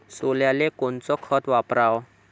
सोल्याले कोनचं खत वापराव?